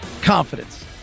confidence